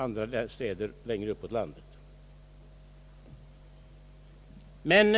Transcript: andra städer längre uppåt landet har sådana planer.